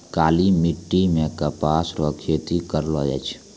काली मिट्टी मे कपास रो खेती करलो जाय छै